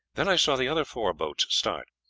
then i saw the other four boats start.